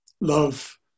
Love